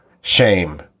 shame